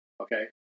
Okay